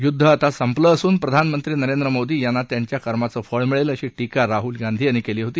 युद्ध आता संपलं असून प्रधानमंत्री नरेंद्र मोदी यांना त्यांच्या कर्माचं फळ मिळेल अशी टीका राहुल गांधी यांनी केली होती